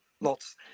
Lots